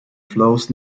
flows